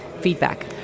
feedback